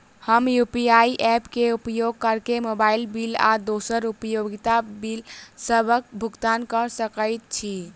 हम UPI app क उपयोग करके मोबाइल बिल आ दोसर उपयोगिता बिलसबक भुगतान कर सकइत छि